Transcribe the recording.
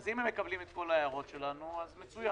אז אם הם מקבלים את כל הערות שלנו, אז מצוין.